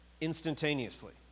Instantaneously